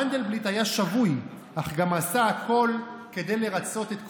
מנדלבליט היה שבוי אך גם עשה הכול כדי לרצות את כפופיו,